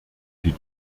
die